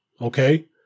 Okay